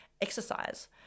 exercise